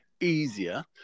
easier